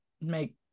make